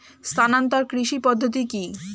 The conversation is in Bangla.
স্থানান্তর কৃষি পদ্ধতি কি?